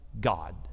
God